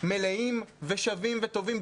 מלאים ושווים וטובים,